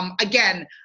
Again